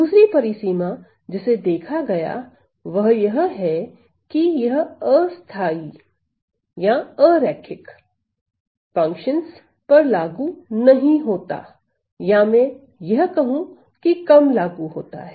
दूसरी परिसीमा जिसे देखा गया वह यह है की यह अस्थायी या अरैखिक फंक्शंस पर लागू नहीं होता या मैं यह कहूं कि कम लागू होता है